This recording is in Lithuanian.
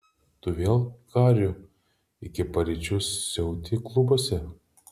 tu vėl su hariu iki paryčių siauti klubuose